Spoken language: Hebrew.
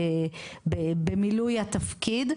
במילוי התפקיד,